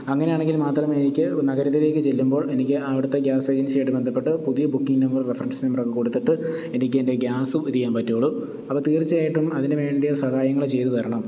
അങ്ങനെയാണെങ്കിൽ മാത്രമേ എനിക്ക് നഗരത്തിലേക്ക് ചെല്ലുമ്പോൾ എനിക്ക് അവിടത്തെ ഗ്യാസേജൻസിയായിട്ട് ബന്ധപ്പെട്ട് പുതിയ ബുക്കിംഗ് നമ്പറും റഫറൻസ് നമ്പറൊക്കെ കൊടുത്തിട്ട് എനിക്കെൻ്റെ ഗ്യാസ് ഇതെയ്യാന് പറ്റൂള്ളൂ അപ്പോള് തീർച്ചയായിട്ടും അതിനുവേണ്ടിയ സഹായങ്ങള് ചെയ്തുതരണം